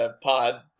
pod